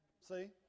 See